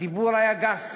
הדיבור היה גס,